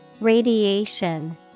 Radiation